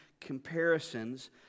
comparisons